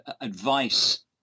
advice